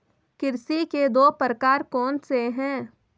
कृषि के दो प्रकार कौन से हैं?